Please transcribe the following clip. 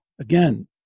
again